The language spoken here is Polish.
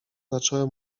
zaczęły